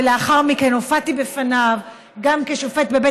ולאחר מכן הופעתי בפניו גם כשופט בבית